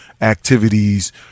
activities